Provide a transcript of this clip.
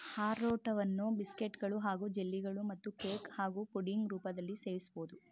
ಆರ್ರೋರೂಟನ್ನು ಬಿಸ್ಕೆಟ್ಗಳು ಹಾಗೂ ಜೆಲ್ಲಿಗಳು ಮತ್ತು ಕೇಕ್ ಹಾಗೂ ಪುಡಿಂಗ್ ರೂಪದಲ್ಲೀ ಸೇವಿಸ್ಬೋದು